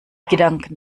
gedanken